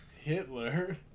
Hitler